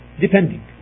depending